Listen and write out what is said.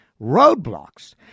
roadblocks